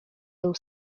był